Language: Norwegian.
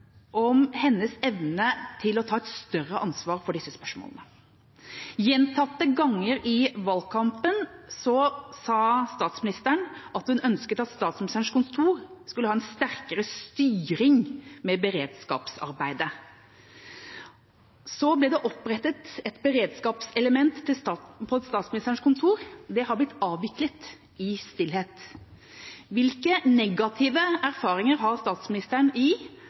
om hennes evne til å ta et større ansvar for disse spørsmålene. Gjentatte ganger i valgkampen sa statsministeren at hun ønsket at Statsministerens kontor skulle ha en sterkere styring med beredskapsarbeidet. Så ble det opprettet et beredskapselement på Statsministerens kontor. Det har blitt avviklet i stillhet. Hvilke negative erfaringer har statsministeren med å ha et beredskapselement på Statsministerens kontor, i